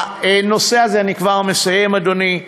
אני כבר מסיים, אדוני.